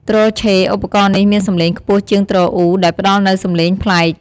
ទ្រឆេ ឧបករណ៍នេះមានសំឡេងខ្ពស់ជាងទ្រអ៊ូ ដែលផ្តល់នូវសម្លេងប្លែក។